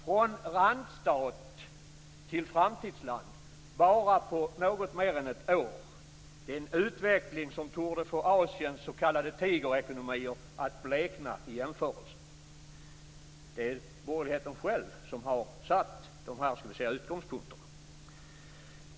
Från randstad till framtidsland bara på något mer än ett år. Det är en utveckling som torde få Asiens s.k. tigerekonomier att blekna i jämförelse. Det är borgerligheten själv som har satt upp dessa utgångspunkter.